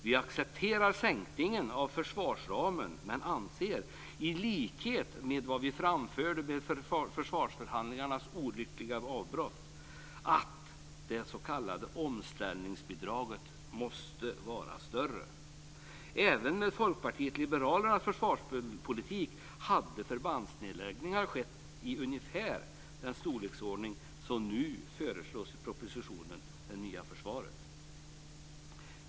Vi accepterar sänkningen av försvarsramen men anser, i likhet med vad vi framförde när försvarsförhandlingarna olyckligt avbröts, att det s.k. omställningsbidraget måste vara större. Även med Fokpartiet liberalernas försvarspolitik hade förbandsnedläggningar skett i ungefär den storleksordning som nu föreslås i propositionen Det nya försvaret.